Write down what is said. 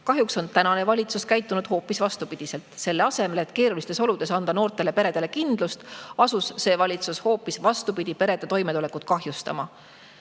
Kahjuks on tänane valitsus käitunud hoopis vastupidi: selle asemel et keerulistes oludes anda noortele peredele kindlust, asus see valitsus hoopis perede toimetulekut kahjustama.